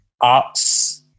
Arts